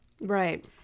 Right